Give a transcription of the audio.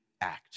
act